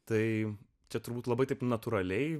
tai čia turbūt labai natūraliai